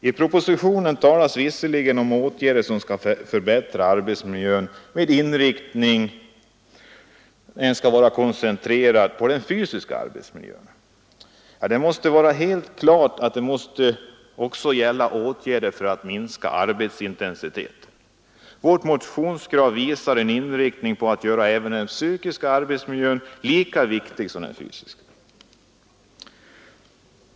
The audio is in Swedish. I propositionen talas visserligen om åtgärder som skall förbättra arbetsmiljön, men inriktningen är koncentrerad på den fysiska arbetsmiljön. Men det är helt klart att det också måste gälla åtgärder som minskar arbetsintensiteten. Vårt motionskrav är att den psykiska arbetsmiljön skall betraktas som lika viktig som den fysiska.